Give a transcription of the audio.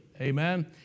amen